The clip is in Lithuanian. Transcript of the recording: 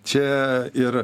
čia ir